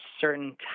certain